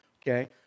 Okay